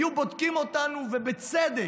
היו בודקים אותנו, ובצדק,